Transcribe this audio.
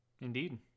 indeed